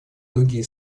другие